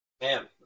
Man